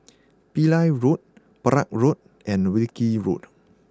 Pillai Road Perak Road and Wilkie Road